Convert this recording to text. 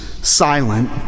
silent